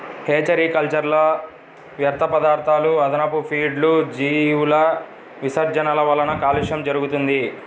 hatchery కల్చర్లో వ్యర్థపదార్థాలు, అదనపు ఫీడ్లు, జీవుల విసర్జనల వలన కాలుష్యం జరుగుతుంది